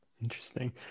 Interesting